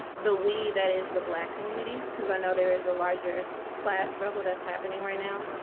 the we that is the black community. because i know there is a larger class struggle that's happening right now.